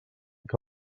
que